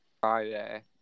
Friday